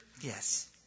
Yes